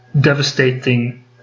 devastating